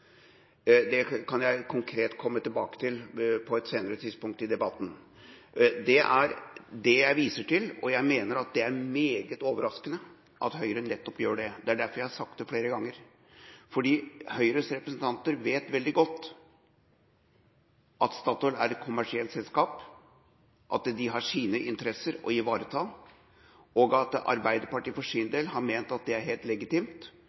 Det kan jeg konkret komme tilbake til på et senere tidspunkt i debatten. Det er det jeg viser til. Jeg mener at det er meget overraskende at nettopp Høyre gjør det – det er derfor jeg har sagt det flere ganger – for Høyres representanter vet veldig godt at Statoil er et kommersielt selskap, at de har sine interesser å ivareta, og at Arbeiderpartiet for sin del har ment at det er helt legitimt.